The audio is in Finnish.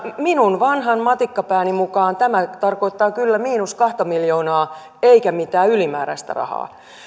minun vanhan matikkapääni mukaan tämä tarkoittaa kyllä miinus kahta miljoonaa eikä mitään ylimääräistä rahaa